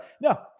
No